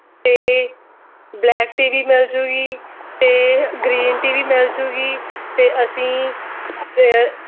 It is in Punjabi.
ਅਤੇ ਬਲੈਕ ਟੀ ਵੀ ਮਿਲਜੂਗੀ ਅਤੇ ਗਰੀਨ ਟੀ ਵੀ ਮਿਲਜੂਗੀ ਅਤੇ ਅਸੀਂ